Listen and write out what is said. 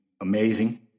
amazing